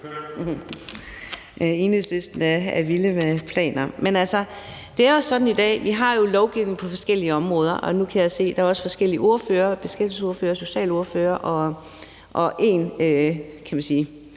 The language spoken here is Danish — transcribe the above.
Enhedslisten er vilde med planer. Men det er sådan i dag, at vi har lovgivning på forskellige områder, og nu kan jeg se, at der også er forskellige ordførere, beskæftigelsesordførere, socialordførere, og der er